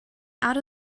out